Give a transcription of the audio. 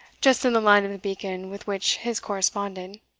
just in the line of the beacon with which his corresponded.